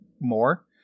more